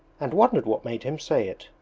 and wondered what made him say it.